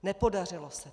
Nepodařilo se to.